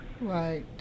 Right